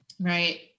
Right